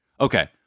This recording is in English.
Okay